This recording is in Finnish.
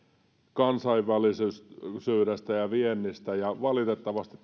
kansainvälisyydestä ja viennistä ja valitettavasti